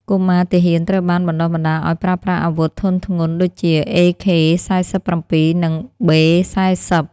កុមារទាហានត្រូវបានបណ្ដុះបណ្ដាលឱ្យប្រើប្រាស់អាវុធធុនធ្ងន់ដូចជា AK-47 និង B-40។